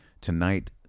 tonight